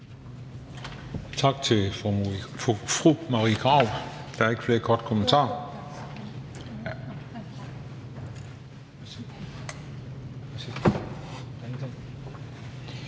Tak til ministeren. Der er ikke flere kommentarer.